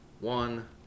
One